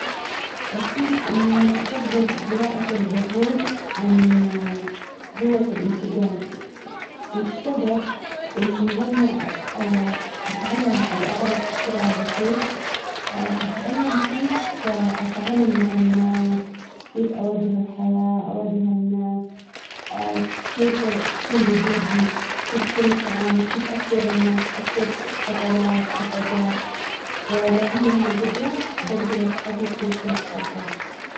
اكيد انه افضل جراءة العجول عن جوة الانتجال والسبب انه لما اتعلم او اعرف اقرأ العقول اتعلم كيف اتعامل مع الناس كيف اواجه الحياة اواجه الناس كيف تكون ردودي? كيف يكون التعامل? كيف اكسب الناس? اكسب شغلات صفقات. فلو عندي هذي الجدرة بجدر احقق كل شيء ابغاه.